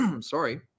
Sorry